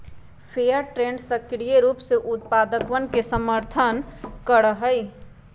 fair trade सक्रिय रूप से उत्पादकवन के समर्थन करा हई